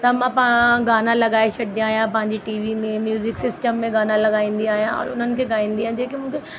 त मां पा गाना लॻाए छॾंदी आहियां या पंहिंजी टीवी में म्यूज़िक सिस्टम में गाना लॻाईंदी आहियां और हुननि खे ॻाईंदी आहियां जेके मूंखे